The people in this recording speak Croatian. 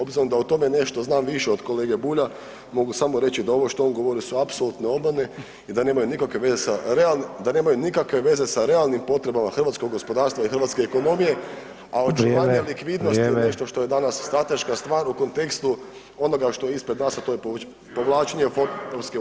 Obzirom da o tome nešto znam više od kolege Bulja, mogu samo reći da ovo što on govori su apsolutne obmane i da nemaju nikakve veze sa realnim, da nemaju nikakve veze sa realnim potrebama hrvatskog gospodarstva i hrvatske ekonomije, a [[Upadica: Vrijeme.]] očuvanje likvidnosti [[Upadica: Vrijeme.]] je nešto što je danas strateška stvar u kontekstu onoga što je ispred nas, a to je povlačenje fondova EU.